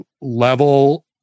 level